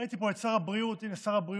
ראיתי פה את שר הבריאות, הינה שר הבריאות,